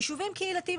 יישובים קהילתיים,